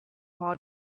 heart